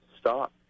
stop